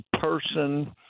person